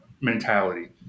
mentality